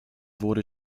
wurde